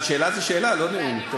אבל שאלה זה שאלה, לא נאום פה.